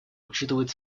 учитывает